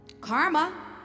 karma